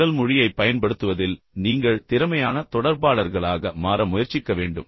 உடல் மொழியைப் பயன்படுத்துவதில் நீங்கள் திறமையான தொடர்பாளர்களாக மாற முயற்சிக்க வேண்டும்